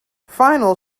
final